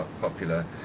popular